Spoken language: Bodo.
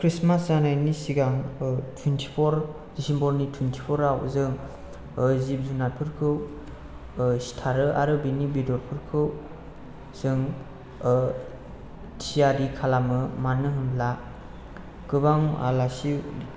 खृष्टमास जानायनि सिगांबो तुइनतिफर दिसेम्बरनि तुइनतिफरआव ओह जों जिब जुनारफोरखौ ओह सिथारो आरो बिनि बेदरफोरखौ जों थियारि खालामो मानो होनब्ला गोबां आलासि